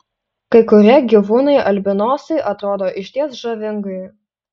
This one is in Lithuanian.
kai kurie gyvūnai albinosai atrodo išties žavingai